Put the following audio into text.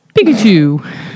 Pikachu